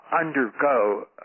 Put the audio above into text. undergo